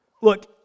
look